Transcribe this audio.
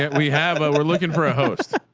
and we have a, we're looking for a host.